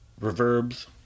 reverbs